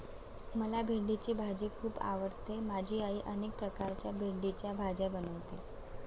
मला भेंडीची भाजी खूप आवडते माझी आई अनेक प्रकारच्या भेंडीच्या भाज्या बनवते